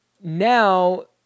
now